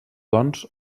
doncs